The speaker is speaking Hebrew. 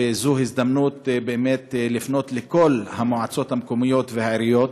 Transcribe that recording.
וזו הזדמנות באמת לפנות לכל המועצות המקומיות והעיריות